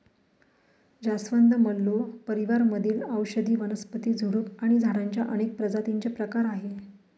जास्वंद, मल्लो परिवार मधील औषधी वनस्पती, झुडूप आणि झाडांच्या अनेक प्रजातींचे प्रकार आहे